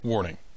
Warning